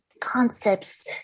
concepts